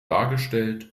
dargestellt